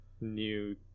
new